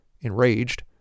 Enraged